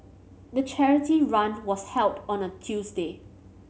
the charity run was held on a Tuesday